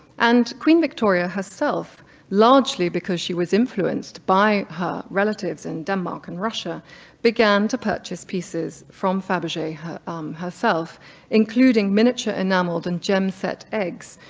and queen victoria herself largely because she was influenced by her relatives in denmark and russia began to purchase pieces from faberge herself including miniature enameled and gem set eggs,